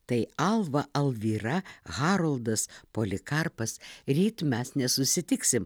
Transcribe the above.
tai alva alvyra haroldas polikarpas ryt mes nesusitiksim